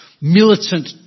militant